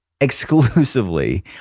exclusively